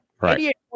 right